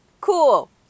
Cool